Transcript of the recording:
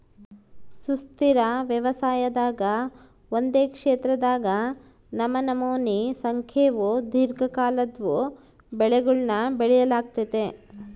ಸುಸ್ಥಿರ ವ್ಯವಸಾಯದಾಗ ಒಂದೇ ಕ್ಷೇತ್ರದಾಗ ನಮನಮೋನಿ ಸಂಖ್ಯೇವು ದೀರ್ಘಕಾಲದ್ವು ಬೆಳೆಗುಳ್ನ ಬೆಳಿಲಾಗ್ತತೆ